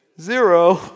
Zero